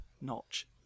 Notch